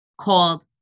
called